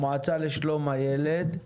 מהמועצה לשלום הילד,